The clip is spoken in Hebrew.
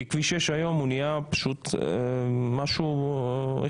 כי כביש 6 היום נהיה פשוט משהו הכרחי.